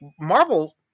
Marvel